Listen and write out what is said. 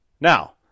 now